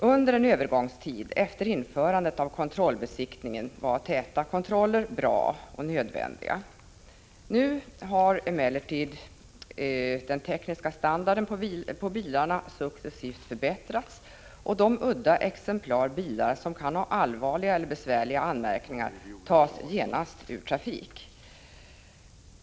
Under en övergångstid efter införandet av kontrollbesiktningar var täta kontroller bra och nödvändiga. Nu har emellertid den tekniska standarden på bilarna successivt förbättrats, och de udda bilexemplar som kan ha allvarliga anmärkningar tas genast ur trafik.